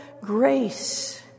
Grace